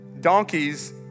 Donkeys